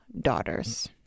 daughters